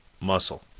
muscle